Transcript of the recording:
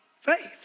faith